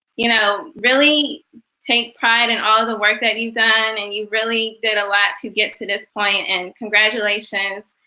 you know really take pride in all the work that you've done and you really did a lot to get to this point and congratulations.